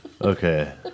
okay